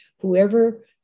Whoever